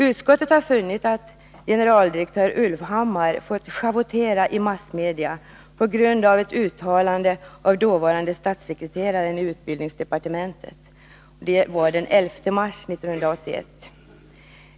Utskottet har funnit att generaldirektör Ulvhammar fått schavottera i massmedia på grund av ett uttalande av dåvarande statssekreteraren i utbildningsdepartementet, den 11 mars 1981.